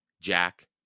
Jack